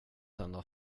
hända